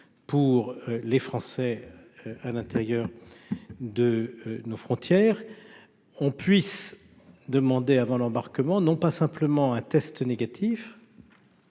pour les Français, à l'intérieur de nos frontières, on puisse demander avant l'embarquement, non pas simplement un test négatif.